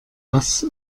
was